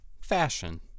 Fashion